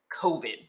COVID